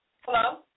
Hello